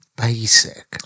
basic